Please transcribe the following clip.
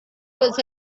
was